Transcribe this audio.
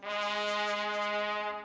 well